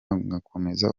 ngakomeza